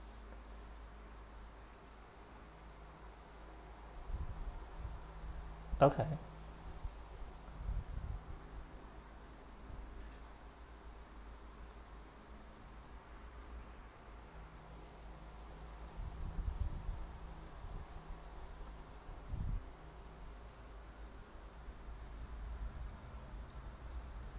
okay